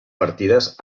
partides